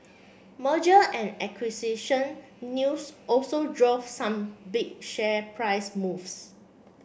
Merger and acquisition news also drove some big share price moves